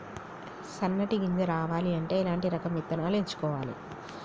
సన్నటి గింజ రావాలి అంటే ఎలాంటి రకం విత్తనాలు ఎంచుకోవాలి?